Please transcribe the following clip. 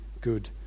good